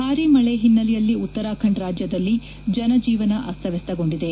ಭಾರೀ ಮಳೆ ಹಿನ್ನೆಲೆಯಲ್ಲಿ ಉತ್ತಾರಾಖಂಡ್ ರಾಜ್ಯದಲ್ಲಿ ಜನಜೀವನ ಅಸ್ತವ್ಯಸ್ಥಗೊಂಡಿದೆ